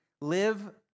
live